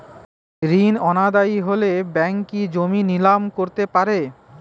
ঋণ অনাদায়ি হলে ব্যাঙ্ক কি জমি নিলাম করতে পারে?